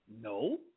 No